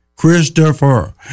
Christopher